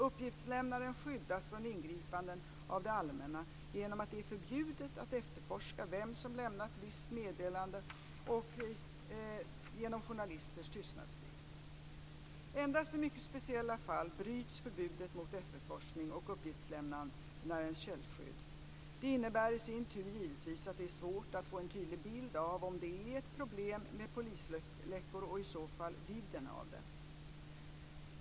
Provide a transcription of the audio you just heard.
Uppgiftslämnaren skyddas från ingripanden av det allmänna genom att det är förbjudet att efterforska vem som lämnat visst meddelande och genom journalisters tystnadsplikt. Endast i mycket speciella fall bryts förbudet mot efterforskning och uppgiftslämnarens källskydd. Det innebär i sin tur givetvis att det är svårt att få en tydlig bild av om det är ett problem med "polisläckor" och i så fall vidden av det.